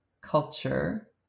culture